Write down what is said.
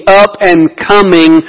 up-and-coming